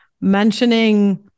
mentioning